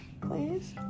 Please